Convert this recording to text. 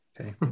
okay